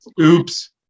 oops